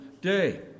day